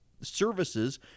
Services